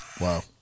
Wow